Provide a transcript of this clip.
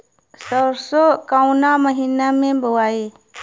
सरसो काउना महीना मे बोआई?